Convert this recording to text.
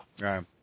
right